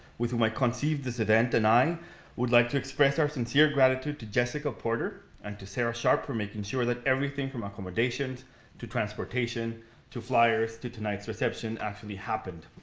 with whom i conceived this event, and i would like to express our sincere gratitude to jessica porter and to sarah sharpe for making sure that everything from accommodations to transportation to flyers to tonight's reception actually happened.